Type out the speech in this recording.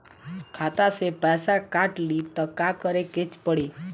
खाता से पैसा काट ली त का करे के पड़ी?